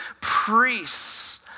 priests